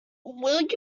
will